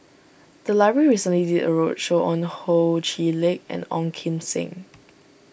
the library recently did a roadshow on Ho Chee Lick and Ong Kim Seng